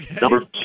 Number